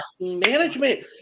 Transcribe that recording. management